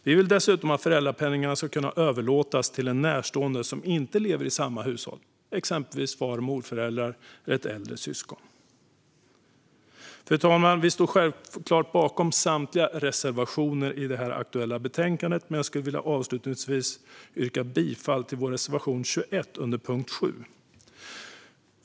Vi vill dessutom att föräldrapenningdagar ska kunna överlåtas till en närstående som inte lever i samma hushåll, exempelvis far och morföräldrar eller ett äldre syskon. Fru talman! Vi står självklart bakom samtliga våra reservationer i det här aktuella betänkandet, men jag skulle avslutningsvis vilja yrka bifall till vår reservation 21 under punkt 7.